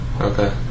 Okay